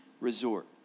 resort